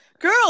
Girl